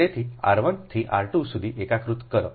તેથી r 1 થી r 2 સુધી એકીકૃત કરો